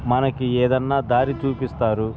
మనకి ఏదైనా దారి చూపిస్తారు